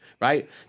right